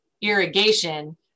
irrigation